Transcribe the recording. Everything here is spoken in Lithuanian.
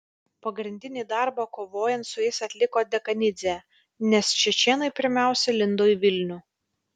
pagrindinį darbą kovojant su jais atliko dekanidzė nes čečėnai pirmiausia lindo į vilnių